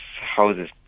houses